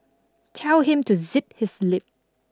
tell him to zip his lip